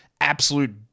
absolute